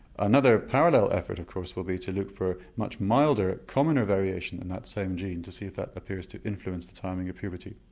another parallel effort of course would be to look for a much milder, commoner variation in that same gene to see if that appears to influence the timing of puberty.